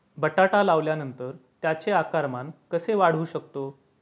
बटाटा लावल्यानंतर त्याचे आकारमान कसे वाढवू शकतो?